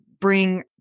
bring